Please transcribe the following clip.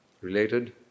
related